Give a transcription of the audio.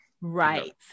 Right